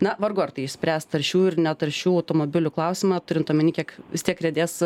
na vargu ar tai išspręs taršių ir netaršių automobilių klausimą turint omeny kiek vis tiek riedės